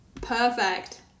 Perfect